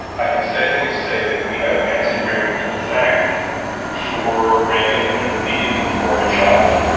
i can safely say that we have nancy reagan to thank for reagan meeting with gorbachev,